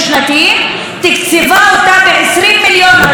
היא תקצבה ב-20 מיליון השנה.